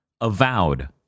Avowed